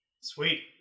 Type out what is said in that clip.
sweet